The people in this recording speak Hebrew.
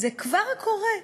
זה כבר קורה.